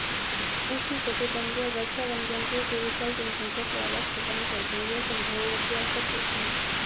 उष्णकटिबंधीय वर्षावन जंतुओं की विशाल जनसंख्या को आवास प्रदान करते हैं यह समझाइए कि ऐसा क्यों है?